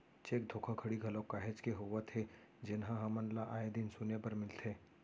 cheque धोखाघड़ी घलोक काहेच के होवत हे जेनहा हमन ल आय दिन सुने बर मिलथे